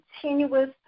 continuous